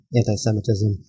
anti-Semitism